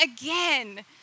again